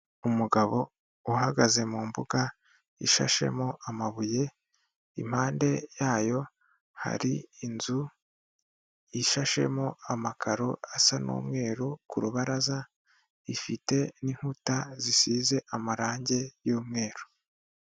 Umugabo uhagaze mu mbuga ishashemo amabuye, impande yayo hari inzu yo ishashemo amakaro asa n'umweru ku rubaraza, ifite n'inkuta zisize amarangi y'umweru.